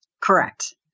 Correct